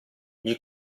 gli